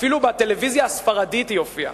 אפילו בטלוויזיה הספרדית היא הופיעה.